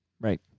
Right